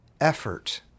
effort